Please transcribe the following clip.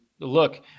look